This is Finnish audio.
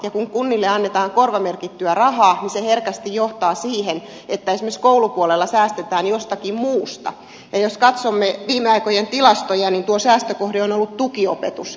kun kunnille annetaan korvamerkittyä rahaa niin se herkästi johtaa siihen että esimerkiksi koulupuolella säästetään jostakin muusta ja jos katsomme viime aikojen tilastoja niin tuo säästökohde on ollut tukiopetus